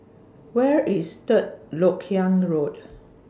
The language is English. Where IS Third Lok Yang Road